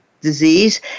disease